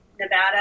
Nevada